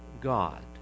God